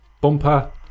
bumper